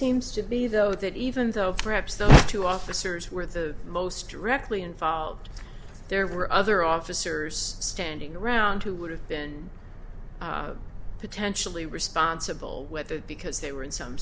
seems to be though that even though perhaps the two officers were the most directly involved there were other officers standing around who would have been potentially responsible whether because they were in some